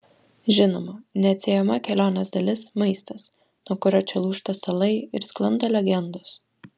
žinoma neatsiejama kelionės dalis maistas nuo kurio čia lūžta stalai ir sklando legendos